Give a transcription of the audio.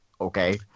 Okay